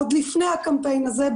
עוד לפני הקמפיין הזה,